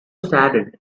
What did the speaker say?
saddened